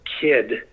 kid